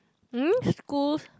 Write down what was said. mm schools